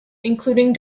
including